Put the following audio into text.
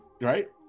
Right